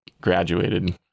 graduated